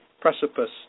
precipice